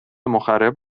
مخرب